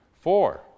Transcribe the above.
Four